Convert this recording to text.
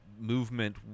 movement